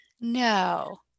no